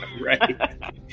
right